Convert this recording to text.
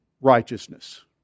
righteousness